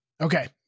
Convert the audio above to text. Okay